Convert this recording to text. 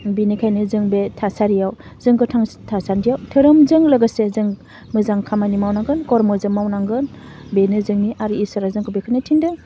बेनिखायनो जों बे थासारियाव जों गोथां थासान्दियाव धोरोमजों लोगोसे जों मोजां खामानि मावनांगोन कर्मजों मावनांगोन बेनो जोंनि आर इसोरा जोंखौ बेखौनो थिनदों